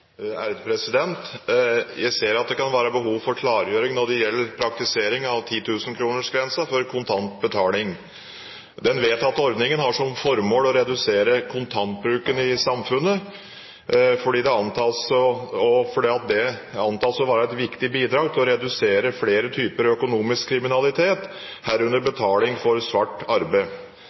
Jeg ser at det kan være behov for klargjøring når det gjelder praktiseringen av 10 000-kronersgrensen for kontant betaling. Den vedtatte ordningen har som formål å redusere kontantbruken i samfunnet fordi det antas å være et viktig bidrag til å redusere flere typer økonomisk kriminalitet, herunder betaling for svart arbeid.